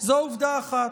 זו עובדה אחת.